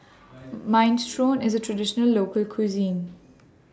Minestrone IS A Traditional Local Cuisine